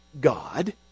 God